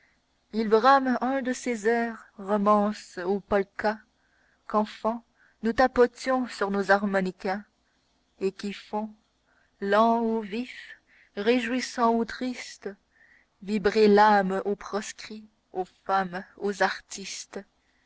il brame un de ces airs romances ou polkas qu'enfants nous tapotions sur nos harmonicas et qui font lents ou vifs réjouissants ou tristes vibrer l'âme aux proscrits aux femmes aux artistes